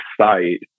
site